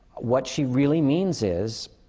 what she really means is,